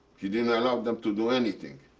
he didn't allow them to do anything.